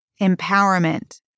empowerment